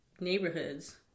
neighborhoods